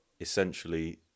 essentially